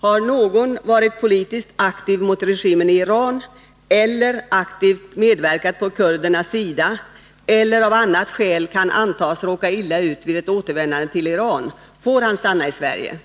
Har någon varit politiskt aktiv mot regimen i Iran eller aktivt medverkat på kurdernas sida eller av annat skäl kan antas råka illa ut vid ett återvändande till Iran får han stanna i Sverige.